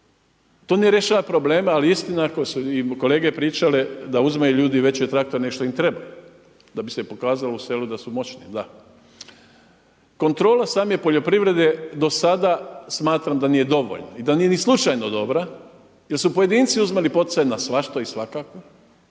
To ne rješava probleme ali istina ako su i kolege pričale da uzimaju ljudi veće traktore nego što im treba, da bi se pokazalo u selu da su moćni, da. Kontrola same poljoprivrede do sada smatram da nije dovoljna i da nije ni slučajno dobra jer su pojedinci uzimali poticaje na svašta i svakako